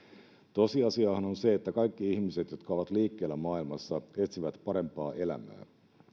tosiasiahan on se että kaikki ihmiset jotka ovat liikkeellä maailmassa etsivät parempaa elämää